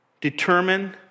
Determine